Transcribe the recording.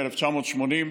1980,